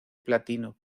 platino